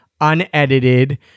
unedited